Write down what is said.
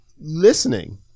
listening